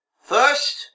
First